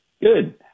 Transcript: Good